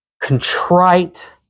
contrite